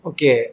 Okay